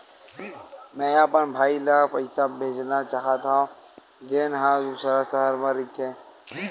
मेंहा अपन भाई ला पइसा भेजना चाहत हव, जेन हा दूसर शहर मा रहिथे